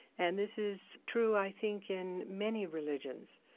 and this is true, i think, in many religions,